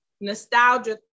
nostalgia